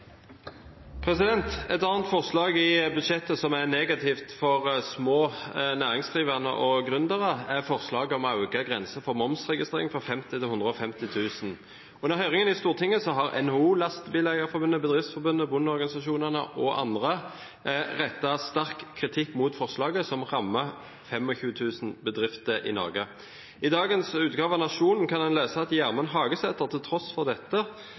negativt for små næringsdrivende og gründere, er forslaget om å øke grensen for momsregistrering fra 50 000 kr til 150 000 kr. Under høringen i Stortinget har NHO, Lastebileierforbundet, Bedriftsforbundet, bondeorganisasjonene og andre rettet sterk kritikk mot forslaget, som rammer 25 000 bedrifter i Norge. I dagens utgave av Nationen kan man lese at Gjermund Hagesæter til tross for dette